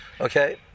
Okay